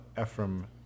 Ephraim